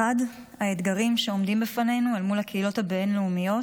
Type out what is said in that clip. אחד האתגרים שעומדים בפנינו אל מול הקהילות הבין-לאומיות,